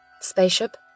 Spaceship